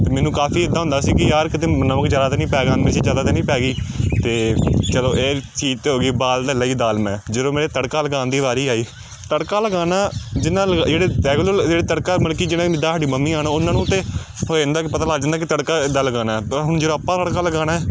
ਅਤੇ ਮੈਨੂੰ ਕਾਫੀ ਇੱਦਾਂ ਹੁੰਦਾ ਸੀ ਕਿ ਯਾਰ ਕਿਤੇ ਨਮਕ ਜ਼ਿਆਦਾ ਤਾਂ ਨਹੀਂ ਪੈ ਗਿਆ ਮਿਰਚ ਜ਼ਿਆਦਾ ਤਾਂ ਨਹੀਂ ਪੈ ਗਈ ਅਤੇ ਚਲੋ ਇਹ ਚੀਜ਼ ਤਾਂ ਹੋ ਗਈ ਉਬਾਲ ਤਾਂ ਲਈ ਦਾਲ ਮੈਂ ਜਦੋਂ ਮੇਰੇ ਤੜਕਾ ਲਗਾਉਣ ਦੀ ਵਾਰੀ ਆਈ ਤੜਕਾ ਲਗਾਉਣਾ ਜਿਹਨਾਂ ਜਿਹੜੇ ਰੈਗੂਲਰ ਜਿਹੜੇ ਤੜਕਾ ਮਤਲਬ ਕਿ ਜਿਵੇਂ ਜਿੱਦਾਂ ਸਾਡੀ ਮੰਮੀ ਹਨ ਉਹਨਾਂ ਨੂੰ ਤਾਂ ਹੋ ਜਾਂਦਾ ਕਿ ਪਤਾ ਲੱਗ ਜਾਂਦਾ ਕਿ ਤੜਕਾ ਇੱਦਾਂ ਲਗਾਉਣਾ ਪਰ ਹੁਣ ਜਿਹੜਾ ਆਪਾਂ ਤੜਕਾ ਲਗਾਉਣਾ ਏ